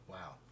Wow